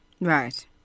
Right